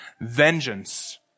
vengeance